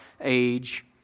age